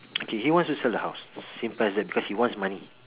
okay he wants to sell the house simple as that because he wants money